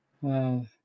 Wow